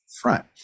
front